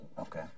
Okay